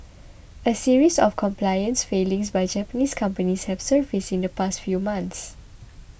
a series of compliance failings by Japanese companies have surfaced in the past few months